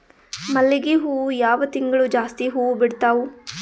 ಮಲ್ಲಿಗಿ ಹೂವು ಯಾವ ತಿಂಗಳು ಜಾಸ್ತಿ ಹೂವು ಬಿಡ್ತಾವು?